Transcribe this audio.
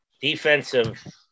Defensive